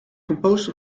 composed